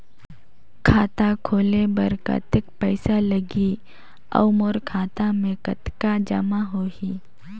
खाता खोले बर कतेक पइसा लगही? अउ मोर खाता मे कतका जमा होही?